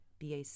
BAC